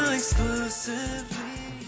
exclusively